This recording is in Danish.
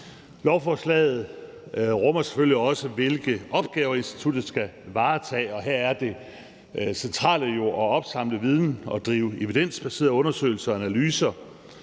Lovforslaget rummer selvfølgelig også, hvilke opgaver instituttet skal varetage, og her er det centrale jo at opsamle viden og drive evidensbaserede undersøgelser og analyser